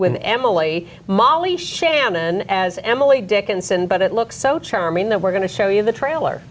when emily molly shannon as emily dickinson but it looks so charming that we're going to show you the trailer